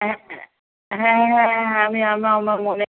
আচ্ছা হ্যাঁ হ্যাঁ আমি আমার মনে